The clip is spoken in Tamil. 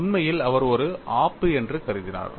உண்மையில் அவர் ஒரு ஆப்பு என்று கருதினார்